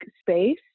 space